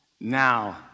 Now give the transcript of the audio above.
Now